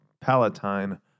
Palatine